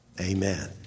amen